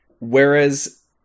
Whereas